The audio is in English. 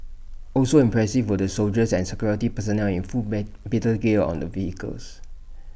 also impressive were the soldiers and security personnel in full battle gear on the vehicles